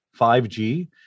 5G